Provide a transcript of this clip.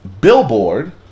Billboard